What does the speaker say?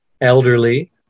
elderly